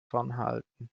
fernhalten